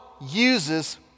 uses